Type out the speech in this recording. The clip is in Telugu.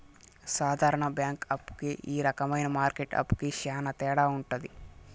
సాధారణ బ్యాంక్ అప్పు కి ఈ రకమైన మార్కెట్ అప్పుకి శ్యాన తేడా ఉంటది